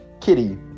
kitty